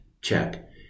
Check